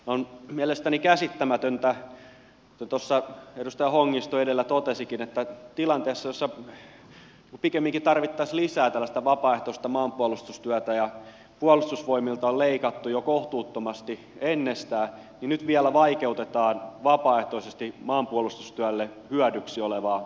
on mielestäni käsittämätöntä kuten tuossa edustaja hongisto edellä totesikin että tilanteessa jossa pikemminkin tarvittaisiin lisää tällaista vapaaehtoista maanpuolustustyötä ja puolustusvoimilta on leikattu jo kohtuuttomasti ennestään nyt vielä vaikeutetaan vapaaehtoista maanpuolustustyölle hyödyksi olevaa harrastustoimintaa